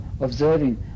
observing